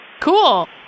Cool